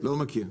לא מכיר.